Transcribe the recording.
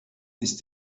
ist